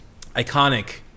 Iconic